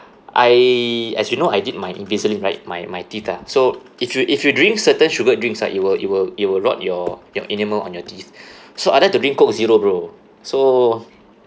I as you know I did my invisalign right my my teeth ah so if you if you drink certain sugared drinks ah it will it will it will rot your your enamel on your teeth so I like to drink coke zero bro so